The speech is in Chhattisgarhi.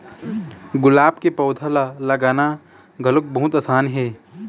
गुलाब के पउधा ल लगाना घलोक बहुत असान हे